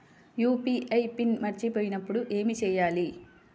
UPI PIN మరచిపోయినప్పుడు ఏమి చేయాలి?